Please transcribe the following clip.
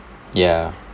ya